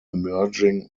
emerging